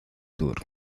tour